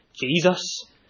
Jesus